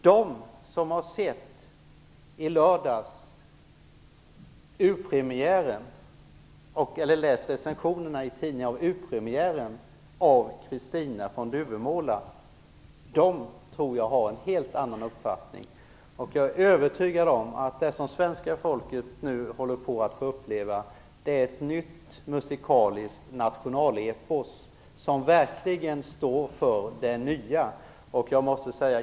Men de som i lördags såg urpremiären av Kristina från Duvemåla, eller läst recensionerna av den, tror jag har en helt annan uppfattning. Jag är övertygad om att det som svenska folket nu håller på att få uppleva är ett nytt musikaliskt nationalepos, som verkligen står för det nya.